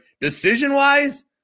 decision-wise